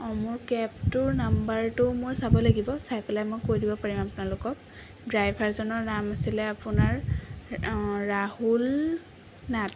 মোৰ কেবটোৰ নাম্বাৰটো মোৰ চাব লাগিব চাই পেলাই মই কৈ দিব পাৰিম আপোনালোকক ড্ৰাইভাৰজনৰ নাম আছিলে আপোনাৰ ৰাহুল নাথ